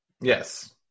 Yes